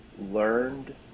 learned